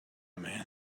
man